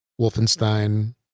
Wolfenstein